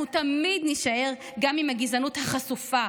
אנחנו תמיד נישאר גם עם הגזענות החשופה,